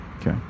Okay